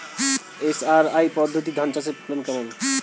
SRI পদ্ধতি ধান চাষের ফলন কেমন?